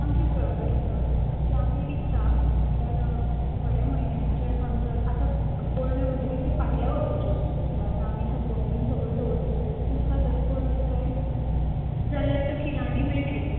आमचें कुळाघर आसा हय सो तें आमी विकता म्हटल्यार थोडे म्हयन्याचे म्हटल्यार पोरण्यो म्हणटगेर त्यो फाटल्या वर्साच्यो आसतल्यो त्यो आमी सुकोवन बी सगळ्यो दवरल्या तुमकां जर पोरण्यो जाय जाल्यार त्यो किलानी मेळटल्यो